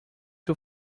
two